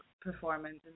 performance